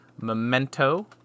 Memento